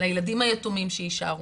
לילדים היתומים שיישארו.